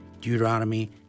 Deuteronomy